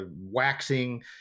waxing